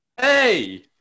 Hey